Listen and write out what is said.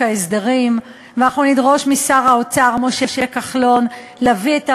חוק ההסדרים הוא חוק רע, הוא חוק